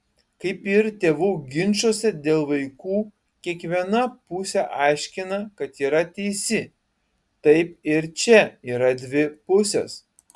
kaip ir tėvų ginčuose dėl vaikų kiekviena pusė aiškina kad yra teisi taip ir čia yra dvi pusės